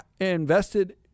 invested